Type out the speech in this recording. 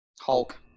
Hulk